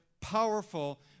powerful